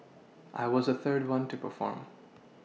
I was the third one to perform